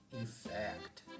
effect